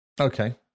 Okay